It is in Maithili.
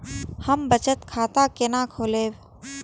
हम बचत खाता केना खोलैब?